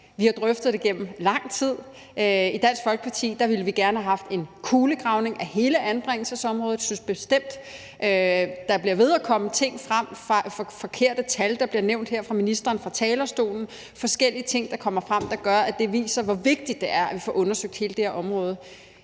Vi har drøftet det igennem lang tid. I Dansk Folkeparti ville vi gerne have haft en kulegravning af hele anbringelsesområdet. Der bliver ved med at komme ting frem, forkerte tal var noget af det, der blev nævnt her af ministeren fra talerstolen, og der er forskellige ting, der kommer frem, og som viser, hvor vigtigt det er at få undersøgt hele det her område.